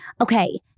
okay